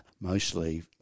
mostly